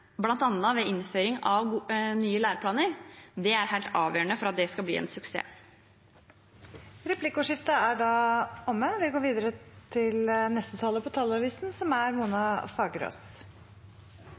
ved innføring av nye læreplaner. Det er helt avgjørende for at det skal bli en suksess. Replikkordskiftet er omme. «Jag har aldrig slutat tro» på et samfunn med like muligheter for alle. Lik rett til utdanning er